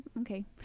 okay